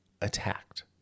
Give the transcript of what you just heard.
attacked